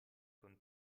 con